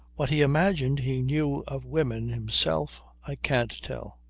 what he imagined he knew of women himself i can't tell.